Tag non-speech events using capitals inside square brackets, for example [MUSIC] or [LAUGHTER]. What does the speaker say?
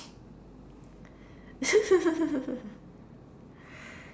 [LAUGHS]